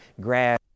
grab